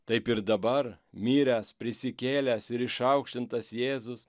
taip ir dabar miręs prisikėlęs ir išaukštintas jėzus